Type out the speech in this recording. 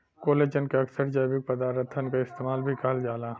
collagen के अक्सर जैविक पदारथन क इस्पात भी कहल जाला